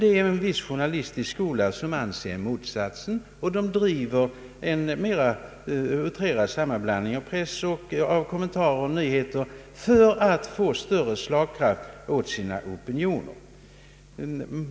Det finns dock en viss journalistisk skola som är av motsatt uppfattning och driver en mera outrerad sammanblandning av kommentarer och nyheter för att få större slagkraft åt sina opinioner.